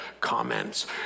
comments